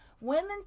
women